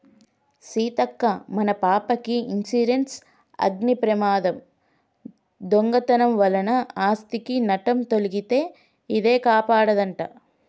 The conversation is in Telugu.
సీతక్క మన పాపకి ఇన్సురెన్సు అగ్ని ప్రమాదం, దొంగతనం వలన ఆస్ధికి నట్టం తొలగితే ఇదే కాపాడదంట